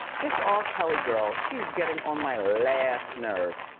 this r. kelly girl, she's getting on my last nerve.